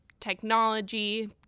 technology